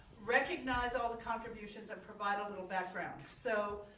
recognize all the contributions and provide a little background. so.